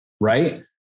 right